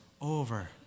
over